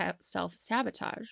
self-sabotage